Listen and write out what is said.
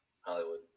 Hollywood